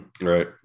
right